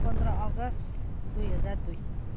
पन्ध्र अगस्ट दुई हजार दुई